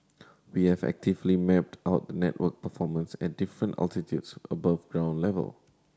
we have actively mapped out the network performance at different altitudes above ground level